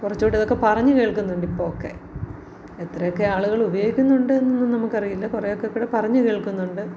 കുറച്ചും കൂടിയിതൊക്കെ പറഞ്ഞു കേൾക്കുന്നുണ്ട് ഇപ്പോഴൊക്കെ എത്രയൊക്കെ ആളുകളുപയോഗിക്കുന്നുണ്ടെന്ന് നമുക്കറിയില്ല കുറേയൊക്കെ ഇപ്പോഴും പറഞ്ഞു കേൾക്കുന്നുണ്ട്